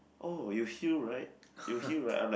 oh you heal right you heal right I'm like